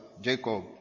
Jacob